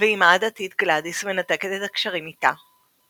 ואמה הדתית גלאדיס מנתקת את הקשרים אתה.